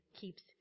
keeps